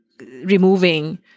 removing